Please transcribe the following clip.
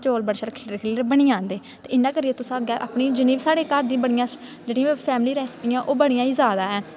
चौल बड़े शैल खिल्लरे खिल्लरे दे बनी जंदे ते इ'यां करियै तुस अग्गें अपनी जि'न्ने बी साढ़े घर दियां बड़ियां जेह्ड़ियां फैमिली रेसिपी जैदा ऐ